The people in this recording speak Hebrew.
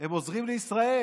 הם עוזרים לישראל,